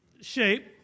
shape